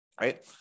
right